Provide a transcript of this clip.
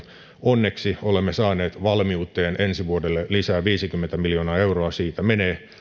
onneksi olemme saaneet valmiuteen ensi vuodelle lisää viisikymmentä miljoonaa euroa siitä menee